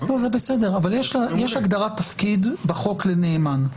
זה בסדר, אבל יש הגדרת תפקיד בחוק לנאמן.